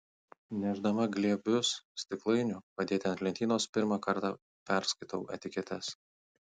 nešdama glėbius stiklainių padėti ant lentynos pirmą kartą perskaitau etiketes